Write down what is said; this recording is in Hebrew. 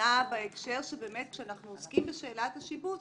נכונה בהקשר שכאשר אנחנו עוסקים בשאלת השיבוץ,